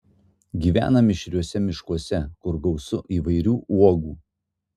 gyvena mišriuose miškuose kur gausu įvairių uogų